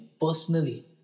personally